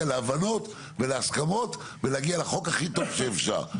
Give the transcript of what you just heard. להבנות ולהסכמות ולהגיע לחוק הכי טוב שאפשר.